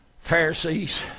Pharisees